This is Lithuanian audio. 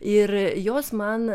ir jos man